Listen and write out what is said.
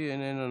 איננה נוכחת,